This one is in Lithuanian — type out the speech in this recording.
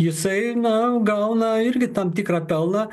jisai na gauna irgi tam tikrą pelną